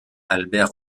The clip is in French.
albert